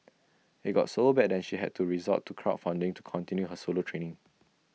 IT got so bad that she had to resort to crowd funding to continue her solo training